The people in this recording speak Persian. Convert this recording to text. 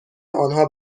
آنها